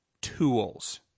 tools